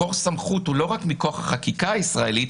מקור סמכות הוא לא רק מכוח החקיקה הישראלית,